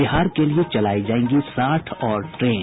बिहार के लिए चलायी जायेंगी साठ और ट्रेन